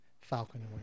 Falcon